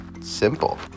simple